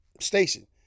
station